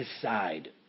decide